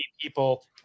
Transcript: people